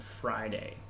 Friday